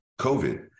COVID